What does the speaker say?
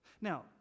Now